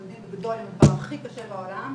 הם מתמודדים בגדול עם הדבר הכי קשה בעולם,